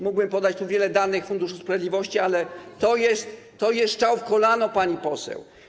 Mógłbym podać tu wiele danych Funduszu Sprawiedliwości, ale to jest strzał w kolano, pani poseł.